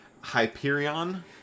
Hyperion